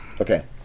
Okay